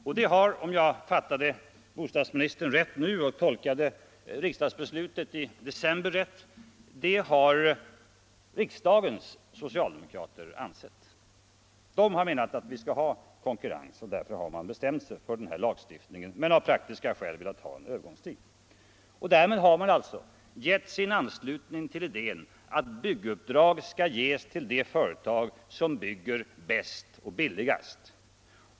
Det har också, om jag nu fattade bostadsministern rätt och riktigt har tolkat riksdagsbeslutet i december, riksdagens socialdemokrater ansett. De har menat att vi skall ha konkurrens och har därför bestämt sig för den beslutade lagstiftningen, även om man av praktiska skäl velat ha en övergångstid. Därmed har man givit sin anslutning till idén att bygguppdrag skall ges till det företag som bygger bäst och billigast.